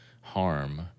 harm